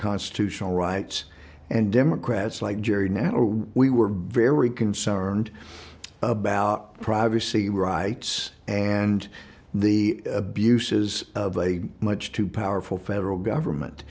constitutional rights and democrats like gerry now we were very concerned about privacy rights and the abuses of a much too powerful federal government